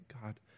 God